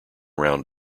round